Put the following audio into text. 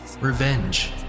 revenge